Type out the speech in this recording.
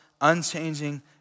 unchanging